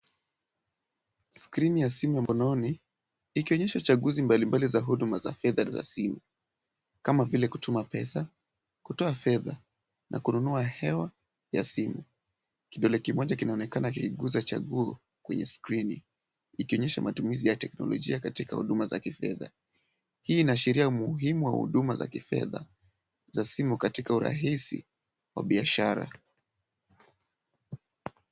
Skrini ya simu ya mkononi, ikaonyesha chaguzi mbalimbali za huduma za fedha za simu, kama vile kutuma pesa, kutoa fedha, na kununua hewa ya simu. Kidole kimoja kinaonekana kikigusa chaguo kwenye skrini. Ikaonyesha matumizi ya teknolojia katika huduma za kifedha. Hii inaashiria umuhimu wa huduma za kifedha. Za simu katika urahisi wa biashara.